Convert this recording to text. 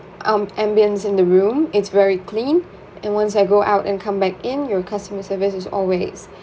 um ambience in the room it's very clean and once I go out and come back in your customer service is always